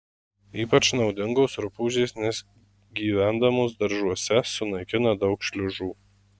ypač naudingos rupūžės nes gyvendamos daržuose sunaikina daug šliužų